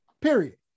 period